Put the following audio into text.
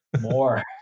More